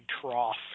trough